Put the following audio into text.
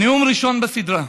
נאום ראשון בסדרה.